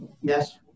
Yes